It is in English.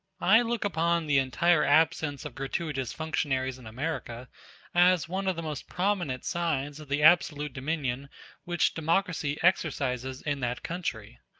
i look upon the entire absence of gratuitous functionaries in america as one of the most prominent signs of the absolute dominion which democracy exercises in that country.